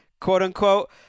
quote-unquote